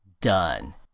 done